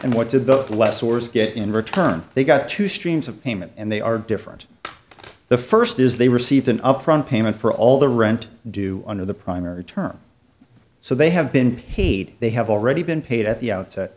sources get in return they got two streams of payment and they are different the first is they received an upfront payment for all the rent due under the primary term so they have been paid they have already been paid at the outset